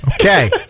Okay